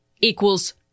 equals